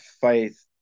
faith